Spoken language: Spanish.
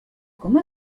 como